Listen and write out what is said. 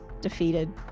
defeated